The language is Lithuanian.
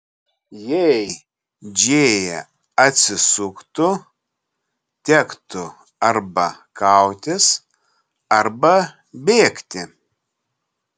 jei džėja atsisuktų tektų arba kautis arba bėgti